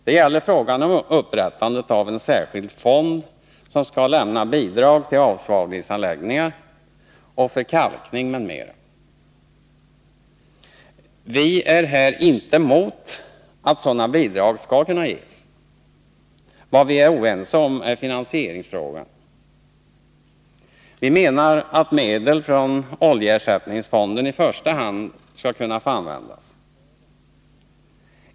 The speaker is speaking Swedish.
Det gäller frågan om upprättandet av en särskild fond som skall lämna bidrag till avsvavlingsanläggningar och för kalkning m.m. Vi är här inte mot tanken att sådana bidrag skall kunna ges. Vad vi är oense om är finansieringsfrågan. Vi menar att medel från oljeersättningsfonden i första hand skall kunna få användas.